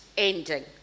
Ending